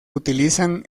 utilizan